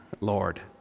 Lord